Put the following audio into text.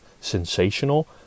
sensational